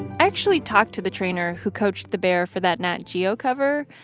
actually talked to the trainer who coached the bear for that nat geo cover.